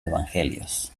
evangelios